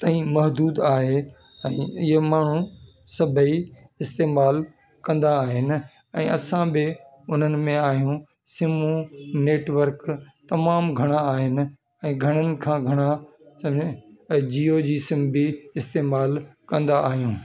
ताईं महदूद आहे ऐं ईअं माण्हू सभई इस्तेमालु कंदा आहिनि ऐं असां बि उन्हनि में आहियूं सिमूं नेटवर्क तमामु घणा आहिनि ऐं घणनि खां घणा समय ऐं जीओ जी सिम बि इस्तेमालु कंदा आहियूं